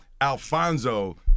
Alfonso